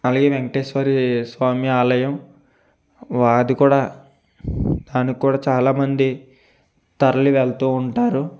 అలాగే వెంకటేశ్వర స్వామి ఆలయం అది కూడా దానికి కూడ చాలా మంది తరలి వెళ్తూ ఉంటారు